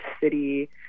city